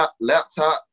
laptop